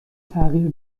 تغییر